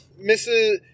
Mrs